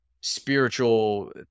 spiritual